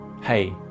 Hey